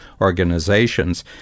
organizations